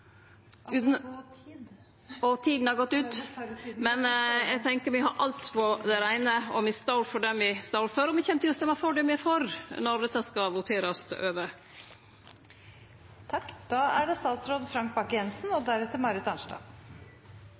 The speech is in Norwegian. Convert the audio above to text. Tida har gått ut, men eg tenkjer me har alt på det reine, og me står for det me står for. Me kjem til å stemme for det me er for, når dette skal voterast over. Jeg skal åpne med å gi honnør til komitélederen og